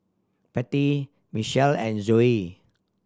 Patty Mitchel and Zoey